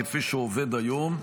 כפי שהוא עובד היום,